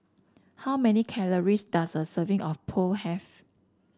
how many calories does a serving of Pho have